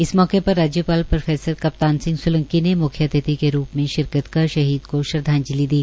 इस मौके पर राज्यपाल प्रोकप्तान सिंह सोलंकी ने मुख्य अतिथि के रूप में रिशकत कर शहीद को श्रदवाजंलि दी